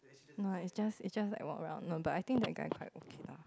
no ah it's just it's just like one round no but I think that guy quite okay lah